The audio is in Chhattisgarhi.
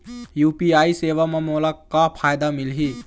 यू.पी.आई सेवा म मोला का फायदा मिलही?